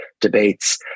debates